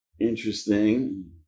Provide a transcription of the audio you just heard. Interesting